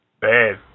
bad